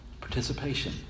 participation